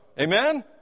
Amen